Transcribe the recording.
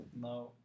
No